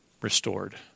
restored